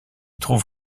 trouve